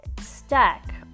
stack